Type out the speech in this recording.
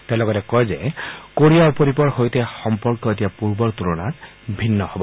তেওঁ লগতে কয় যে কোৰিয়া উপ দ্বীপৰ সৈতে সম্পৰ্ক এতিয়া পূৰ্বৰ তুলনাত ভিন্ন হ'ব